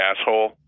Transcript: Asshole